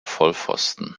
vollpfosten